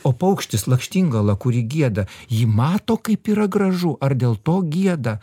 o paukštis lakštingala kuri gieda ji mato kaip yra gražu ar dėl to gieda